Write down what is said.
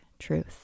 truth